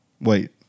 wait